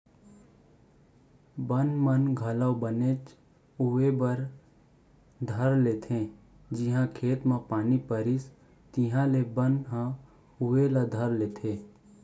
बन मन घलौ बनेच उवे बर धर लेथें जिहॉं खेत म पानी परिस तिहॉले बन ह उवे ला धर लेथे